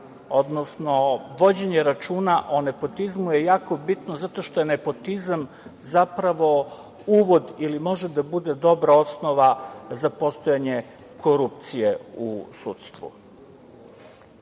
odnosno vođenje računa o nepotizmu je jako bitno zato što je nepotizam zapravo uvod ili može da bude dobra osnova za postojanje korupcije u sudstvu. Naravno,